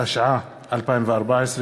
התשע"ה 2014,